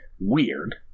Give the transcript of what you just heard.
weird